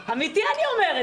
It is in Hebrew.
אמיתי אני אומרת.